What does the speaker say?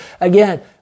Again